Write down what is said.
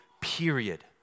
period